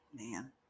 man